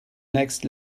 next